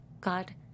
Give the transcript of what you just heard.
God